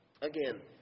again